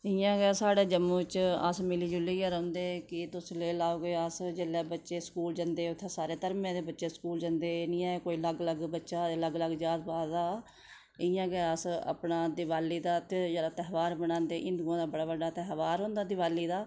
इ'यां गै साढ़े जम्मू च अस मिली जुलियै रौंह्दे कि तुस लेई लैओ कि अस जेल्लै बच्चे स्कूल जंदे उत्थै सारे धर्मै दे बच्चे स्कूल जंदे एह् नी ऐ कि कोई अलग अलग च अलग अलग जात पात दा इ'यां गै अस अपना देवाली दा ध्यार धेह्बार मनांदे हिंदुएं दा बड़ा बड्डा ध्हेबार होंदा देआली दा